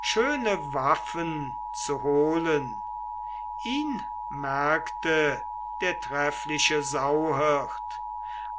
schöne waffen zu holen ihn merkte der treffliche sauhirt